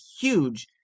huge